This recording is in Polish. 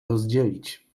rozdzielić